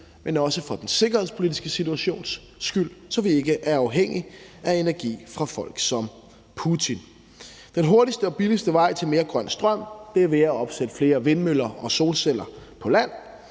men også for den sikkerhedspolitiske situations skyld, så vi ikke er afhængige af energi fra folk som Putin. Den hurtigste og billigste vej til mere grøn strøm er at opsætte flere vindmøller og solceller på land.